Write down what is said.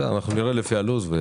אנחנו נראה לפי הלו"ז של הוועדה.